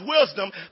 wisdom